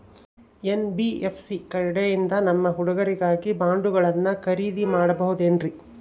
NBFC ಕಡೆಯಿಂದ ನಮ್ಮ ಹುಡುಗರಿಗಾಗಿ ಬಾಂಡುಗಳನ್ನ ಖರೇದಿ ಮಾಡಬಹುದೇನ್ರಿ?